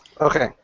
Okay